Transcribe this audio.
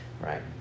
Right